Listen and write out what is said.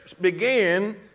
began